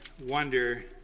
wonder